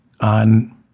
on